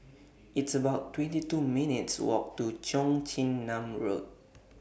It's about twenty two minutes' Walk to Cheong Chin Nam Road